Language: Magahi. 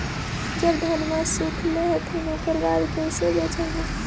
जब धनमा सुख ले हखिन उकर बाद कैसे बेच हो?